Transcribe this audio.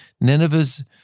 Nineveh's